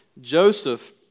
Joseph